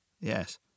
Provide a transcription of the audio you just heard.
yes